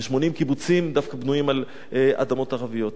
ו-80 קיבוצים דווקא בנויים על אדמות ערביות.